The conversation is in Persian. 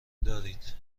دارید